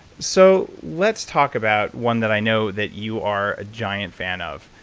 so let's talk about one that i know that you are a giant fan of,